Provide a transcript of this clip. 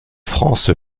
france